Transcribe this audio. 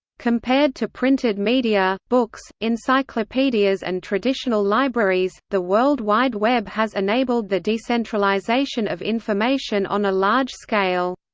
compared to printed media, books, encyclopedias and traditional libraries, the world wide web has enabled the decentralization of information on a large scale.